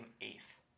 eighth